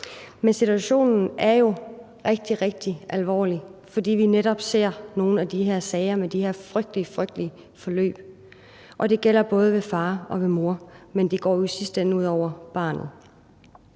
Men situationen er jo rigtig, rigtig alvorligt, fordi vi netop ser nogle af de her sager med de her frygtelige forløb, og det gælder både for faren og moren, men det går jo i sidste ende ud over barnet.